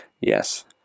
Yes